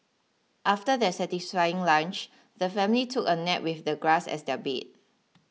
after their satisfying lunch the family took a nap with the grass as their bed